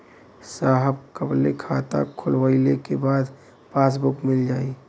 साहब कब ले खाता खोलवाइले के बाद पासबुक मिल जाई?